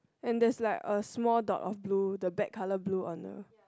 and there's like a small dot of blue the bag color blue on the